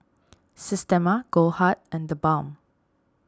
Systema Goldheart and the Balm